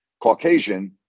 Caucasian